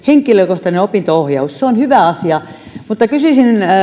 henkilökohtainen opinto ohjaus on hyvä asia mutta kysyisin